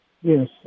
Yes